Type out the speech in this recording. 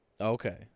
Okay